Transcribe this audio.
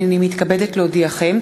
הנני מתכבדת להודיעכם,